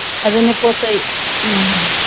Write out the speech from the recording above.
ꯑꯗꯨꯅꯦ ꯄꯣꯠ ꯆꯩ ꯎꯝ